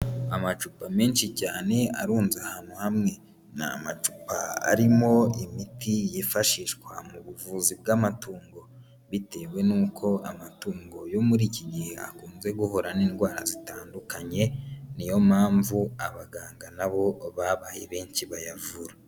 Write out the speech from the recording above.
Amacupa menshi cyane arunze ahantu hamwe. Ni amacupa arimo imiti yifashishwa mu buvuzi bw'amatungo, bitewe n'uko amatungo yo muri iki gihe akunze guhura n'indwara zitandukanye, niyo mpamvu abaganga nabo babaye benshi bayavura.